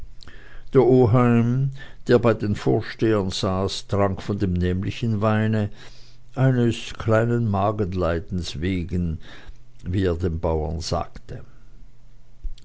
der oheim der bei den vorstehern saß trank von dem nämlichen weine eines kleinen magenleidens wegen wie er den bauern sagte